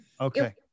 okay